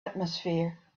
atmosphere